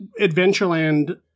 Adventureland